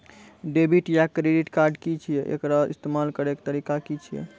Debit या credit card की छियै? एकर इस्तेमाल करैक तरीका की छियै?